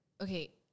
okay